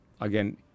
again